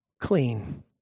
clean